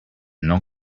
not